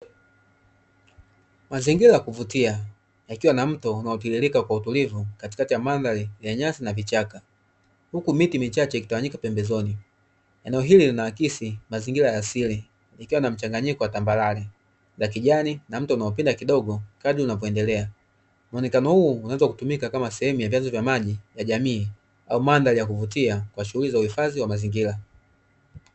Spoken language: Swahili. Mazingira ya kuvutia yakiwa na mto unaotiririka kwa utulivu katikati ya mandhari ya nyasi na vichaka, huku miti michache ikitawanyika pembezoni. Eneo hili lina akisi mazingira ya asili yakiwa na mchanganyiko wa tambarare ya kijani na mto unaopinda kidogo kadri unavyoendelea muonekano huo unaweza kutumika kama sehemu ya vyanzo vya maji ya jamii au mandhari yakuvutia kwa shughuli za uhifadhi wa mazingira.